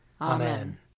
Amen